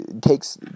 takes